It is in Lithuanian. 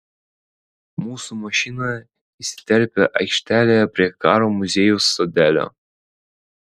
mūsų mašina įsiterpia aikštelėje prie karo muziejaus sodelio